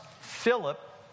Philip